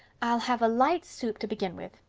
i'll have a light soup to begin with.